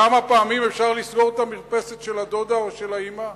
כמה פעמים אפשר לסגור את המרפסת של הדודה או של האמא?